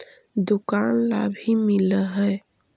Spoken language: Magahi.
दुकान ला भी मिलहै?